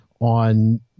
on